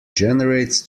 generates